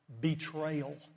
betrayal